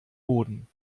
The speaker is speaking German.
boden